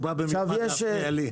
הוא בא במיוחד להפריע לי.